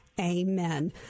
amen